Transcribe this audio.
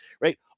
Right